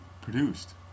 produced